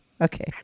Okay